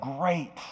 great